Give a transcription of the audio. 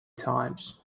times